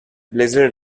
blizzard